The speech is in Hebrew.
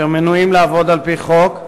שמנועים מלעבוד על-פי חוק.